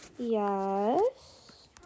Yes